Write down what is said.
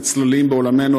וצללים בעולמנו,